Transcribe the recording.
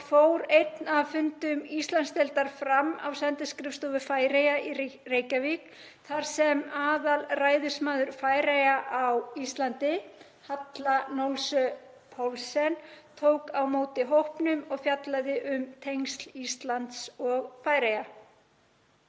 fór einn af fundum Íslandsdeildar fram á sendiskrifstofu Færeyja í Reykjavík þar sem aðalræðismaður Færeyja á Íslandi, Halla Nolsøe Poulsen, tók á móti hópnum og fjallaði um tengsl Íslands og Færeyja.